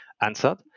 answered